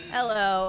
Hello